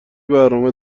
برنامه